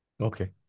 Okay